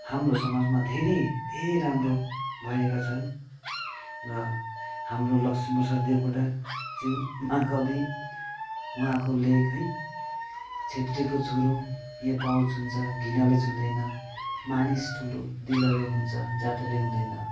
हाम्रो समाजमा धेरै धेरै राम्रो भएका छन् र हाम्रो लक्ष्मीप्रसाद देवकोटाज्यू महाकवि वहाँको लेख है छेत्रीको छोरो यो पाउ छुन्छ घिनले छुँदैन मानिस ठुलो दिलले हुन्छ जातले हुँदैन